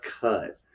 cut